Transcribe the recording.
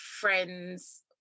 friends